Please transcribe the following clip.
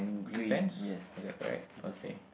green yes correct that's the same